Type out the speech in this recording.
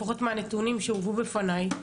לפחות מהנתונים שהובאו בפניי,